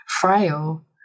frail